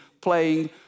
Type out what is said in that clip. playing